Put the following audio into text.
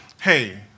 Hey